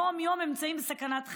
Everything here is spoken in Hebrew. יום-יום הם נמצאים בסכנת חיים.